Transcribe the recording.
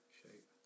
shape